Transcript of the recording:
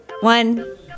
one